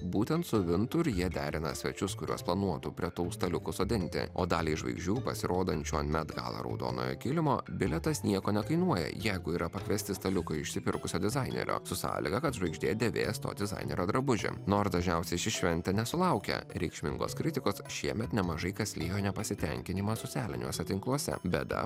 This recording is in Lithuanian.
būtent su vintur jie derina svečius kurios planuotų prie tų staliukų sodinti o daliai žvaigždžių pasirodančių ant met gala raudonojo kilimo bilietas nieko nekainuoja jeigu yra pakviesti staliukai išsipirkusio dizainerio su sąlyga kad žvaigždė dėvės to dizainerio drabužį nors dažniausiai ši šventė nesulaukia reikšmingos kritikos šiemet nemažai kas liejo nepasitenkinimą socialiniuose tinkluose bėda